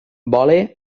vola